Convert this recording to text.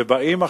ובאים עכשיו,